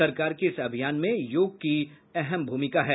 सरकार के इस अभियान में योग की अहम भूमिका है